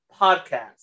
podcast